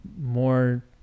more